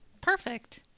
Perfect